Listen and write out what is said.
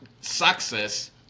success